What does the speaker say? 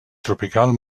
tropical